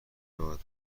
راحت